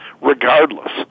regardless